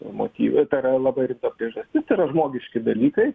motyvai tai yra labai rimta priežastis tai yra žmogiški dalykai